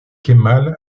kemal